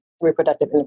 reproductive